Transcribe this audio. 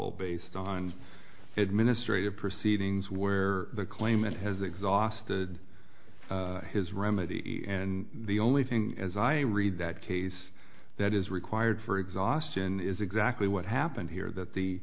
el based on administrative proceedings where the claimant has exhausted his remedy and the only thing as i read that case that is required for exhaustion is exactly what happened here that the